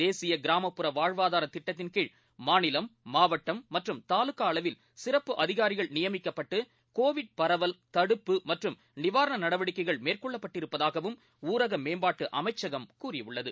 தேசியகிராமப்புற வாழ்வாதாரதிட்டத்தின்கீழ் மாநிலம் மாவட்டம் மற்றும் தாலுக்காஅளவில் சிறப்பு நியமிக்கப்பட்டு கோவிட் அதிகாரிகள் பரவல் தடுப்பு மற்றும் நிவாரணநடவடிக்கைகள் மேற்கொள்ளப்பட்டிருப்பதாகவும் ஊரகமேம்பாட்டுஅமைச்சகம் கூறியுள்ளது